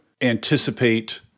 anticipate